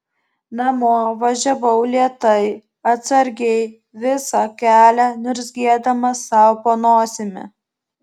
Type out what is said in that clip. namo važiavau lėtai atsargiai visą kelią niurzgėdama sau po nosimi